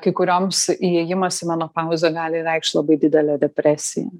kai kurioms įėjimas į menopauzę gali reikšt labai didelę depresiją